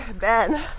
Ben